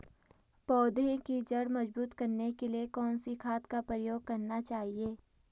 पौधें की जड़ मजबूत करने के लिए कौन सी खाद का प्रयोग करना चाहिए?